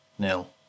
nil